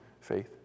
faith